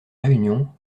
réunion